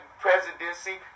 presidency